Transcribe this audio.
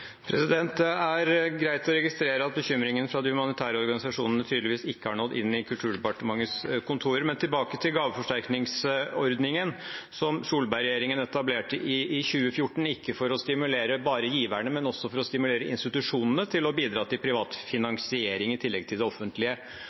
Det er greit å registrere at bekymringen fra de humanitære organisasjonene tydeligvis ikke har nådd inn i Kulturdepartementets kontorer. Tilbake til gaveforsterkningsordningen: Solberg-regjeringen etablerte den i 2014 ikke for å stimulere bare giverne, men også for å stimulere institusjonene til å bidra til privat finansiering i tillegg til den offentlige.